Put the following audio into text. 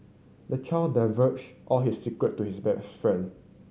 the child divulged all his secret to his best friend